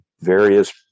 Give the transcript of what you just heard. various